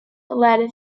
led